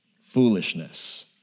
foolishness